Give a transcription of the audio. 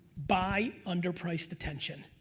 buy underpriced attention.